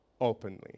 openly